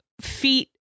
feet